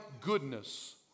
goodness